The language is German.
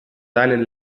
seinen